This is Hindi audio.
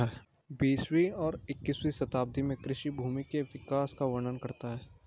बीसवीं और इक्कीसवीं शताब्दी में कृषि भूमि के विकास का वर्णन करता है